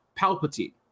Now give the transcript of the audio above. Palpatine